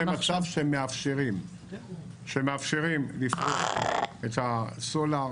להביא אותם למצב שמאפשרים לפרוק את הסולר,